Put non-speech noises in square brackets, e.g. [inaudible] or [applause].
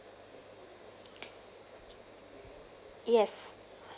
[noise] yes